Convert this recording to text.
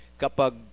kapag